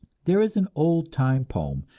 there is an oldtime poem,